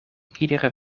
iedere